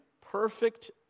perfect